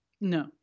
No